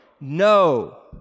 no